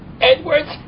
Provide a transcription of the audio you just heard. Edwards